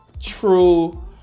True